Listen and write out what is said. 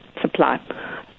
supply